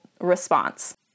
response